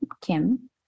Kim